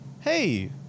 hey